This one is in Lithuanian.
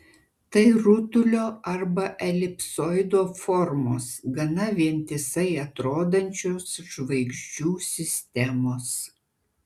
tai rutulio arba elipsoido formos gana vientisai atrodančios žvaigždžių sistemos